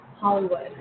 Hollywood